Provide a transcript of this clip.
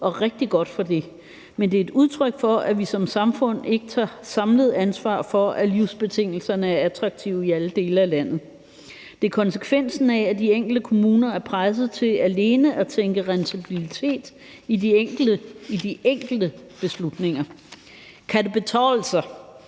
og rigtig godt for det. Men det er et udtryk for, at vi som samfund ikke tager samlet ansvar for, at livsbetingelserne er attraktive i alle dele af landet. Det er konsekvensen af, at de enkelte kommuner er presset til alene at indtænke rentabilitet i de enkelte beslutninger. Kan det betale sig